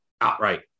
outright